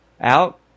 out